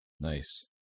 Nice